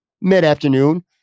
mid-afternoon